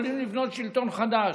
יכולים לבנות שלטון חדש,